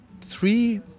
three